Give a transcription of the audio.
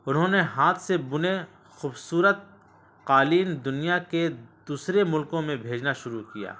انہوں نے ہاتھ سے بنے خوبصورت قالین دنیا کے دوسرے ملکوں میں بھیجنا شروع کیا